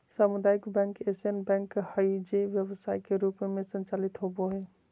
सामुदायिक बैंक ऐसन बैंक हइ जे व्यवसाय के रूप में संचालित होबो हइ